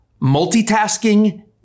Multitasking